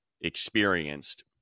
experienced